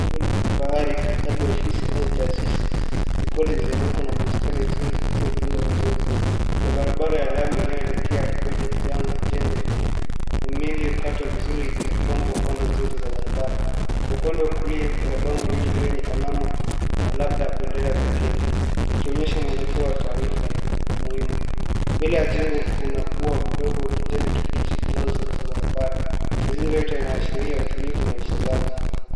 Nyumba ya kifahari labda ofisi au taasisi, liko na mzunguko na bustani nzuri, iliyotunzwa vizuri. Kuna barabara ya lami inayoelekea kwenye jengo hilo na mimea iliyokatwa vizuri imepambwa pande zote za barabara. Kwa upande wa kulia kuna bango refu lenye alama na labda bendera ya Kenya, likionyesha mwelekeo wa taarifa muhimu. Mbele ya jengo kuna ua mdogo wa kijani kibichi unaozunguka barabara. Mazingira yote yanaashiria utulivu na usalama.